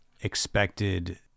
expected